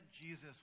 Jesus